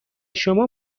شما